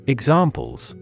Examples